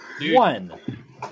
One